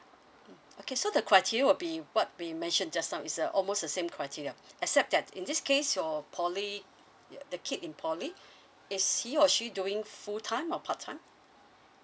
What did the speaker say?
okay so the criteria will be what we mentioned just now it's uh almost the same criteria except that in this case your poly the kid in poly is he or she doing full time or part time